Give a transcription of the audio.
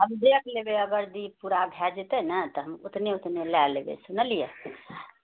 हम देख लेबै अगर दिप पूरा भए जेतै ने तऽ हम ओतने ओतने लए लेबै सुनलियै